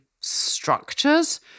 structures